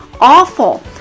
awful